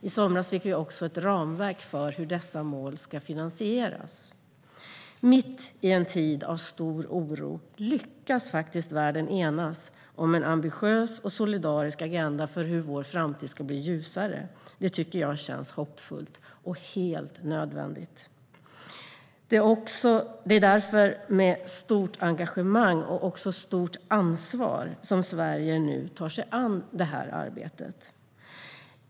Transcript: I somras fick vi också ett ramverk för hur dessa mål ska finansieras. Mitt i en tid av stor oro lyckas faktiskt världen enas om en ambitiös och solidarisk agenda för hur vår framtid ska bli ljusare. Det tycker jag känns hoppfullt och helt nödvändigt. Det är därför med stort engagemang och också stort ansvar som Sverige nu tar sig an det här arbetet.